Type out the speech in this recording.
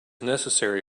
necessary